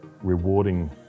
rewarding